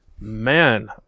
Man